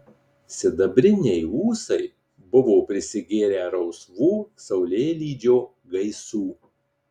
sidabriniai ūsai buvo prisigėrę rausvų saulėlydžio gaisų